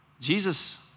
Jesus